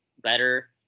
better